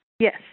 Yes